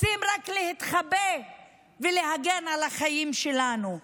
רוצים רק להתחבא ולהגן על החיים שלנו.